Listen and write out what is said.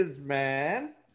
man